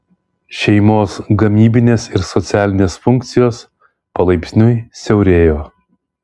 šeimos gamybinės ir socialinės funkcijos palaipsniui siaurėjo